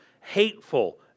hateful